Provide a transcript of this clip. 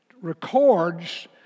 records